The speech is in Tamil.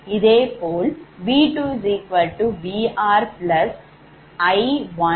இதேபோல் V2VrI1Z2 1∠0∘3